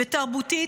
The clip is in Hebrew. תרבותית,